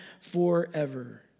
forever